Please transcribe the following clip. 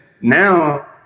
now